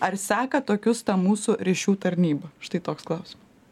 ar seka tokius ta mūsų ryšių tarnyba štai toks klausimas